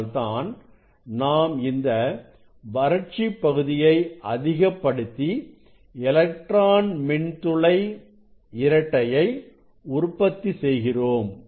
அதனால்தான் நாம் இந்த வறட்சி பகுதியை அதிகப்படுத்தி எலக்ட்ரான் மின்துளை இரட்டையை உற்பத்தி செய்கிறோம்